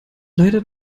leider